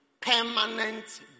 permanent